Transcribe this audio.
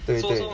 对对